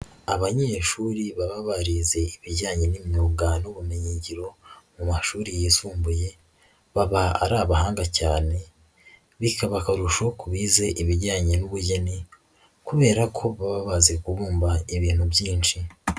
Abanyeshuri baba barize ibijyanye n'imyuga n'ubumenyingiro mu mashuri yisumbuye, baba ari abahanga cyane, bikaba akarusho ku bize ibijyanye n'ubugeni kubera ko baba bazi kubumba ibintu byinshi.